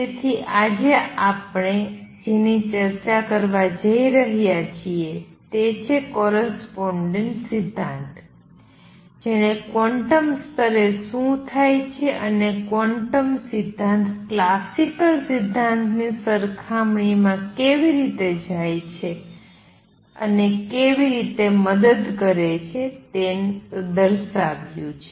તેથી આજે આપણે જેની ચર્ચા કરવા જઈ રહ્યા છીએ તે કોરસ્પોંડેન્સ સિદ્ધાંત છે જેણે ક્વોન્ટમ સ્તરે શું થાય છે અને ક્વોન્ટમ સિદ્ધાંત ક્લાસિકલ સિદ્ધાંત ની સરખામણી માં કેવી રીતે જાય છે અને કેવી રીતે તે મદદ કરે છે તે દર્શાવ્યું છે